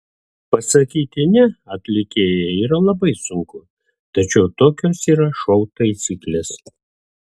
pasakyti ne atlikėjai yra labai sunku tačiau tokios yra šou taisyklės